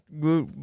good